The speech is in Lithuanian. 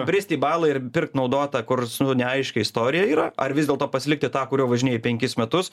brist į balą ir pirkt naudotą kur su neaiškia istorija yra ar vis dėlto pasilikti tą kurio važinėji penkis metus